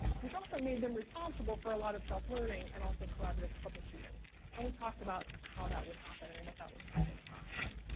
which also made them responsible for a lot of self learning and also collaborative troubleshooting and talked about how that would happen and what that looks like in the classroom.